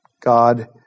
God